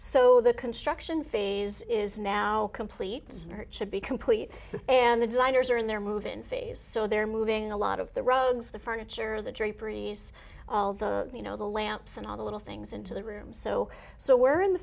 so the construction phase is now complete search should be complete and the designers are in their move in phase so they're moving a lot of the roads the furniture the draperies all the you know the lamps and all the little things into the room so so we're in the